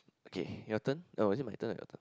okay your turn oh is it my turn or your turn